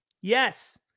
Yes